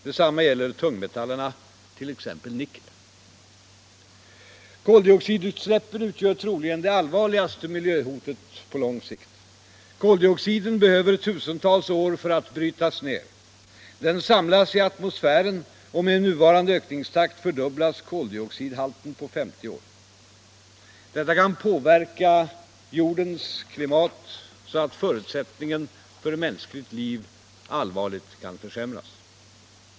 Detsamma gäller tungmetallerna, t.ex. nickel. Koldioxidutsläppen utgör troligen det allvarligaste miljöhotet på lång sikt. Koldioxiden behöver tusentals år för att brytas ner. Den samlas i atmosfären, och med nuvarande ökningstakt fördubblas koldioxidhalten på 50 år. Detta kan påverka jordens klimat så att förutsättningen för mänskligt liv allvarligt försämras.